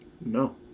No